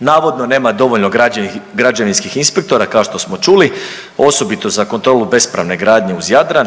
Navodno nema dovoljno građevinskih inspektora kao što smo čuli, osobito za kontrolu bespravne gradnje uz Jadran,